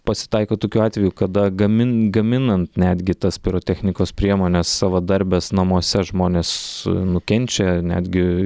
pasitaiko tokių atvejų kada gamin gaminant netgi tas pirotechnikos priemones savadarbes namuose žmonės nukenčia netgi